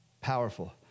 Powerful